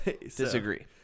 Disagree